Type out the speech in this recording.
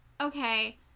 okay